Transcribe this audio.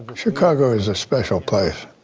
but chicago is a special place.